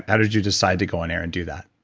how did you decide to go on-air and do that?